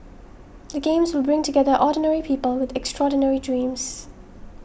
the games will bring together ordinary people with extraordinary dreams